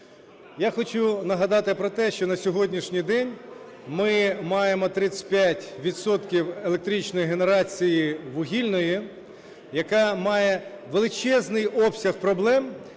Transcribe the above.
Я хочу нагадати про те, що на сьогоднішній день ми маємо 35 відсотків електричної генерації вугільної, яка має величезний обсяг проблем,